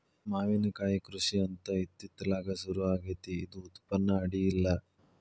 ಮಾವಿನಕಾಯಿ ಕೃಷಿ ಅಂತ ಇತ್ತಿತ್ತಲಾಗ ಸುರು ಆಗೆತ್ತಿ ಇದು ಉತ್ಪನ್ನ ಅಡಿಯಿಲ್ಲ